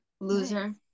Loser